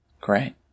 Great